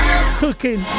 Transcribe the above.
cooking